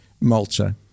Malta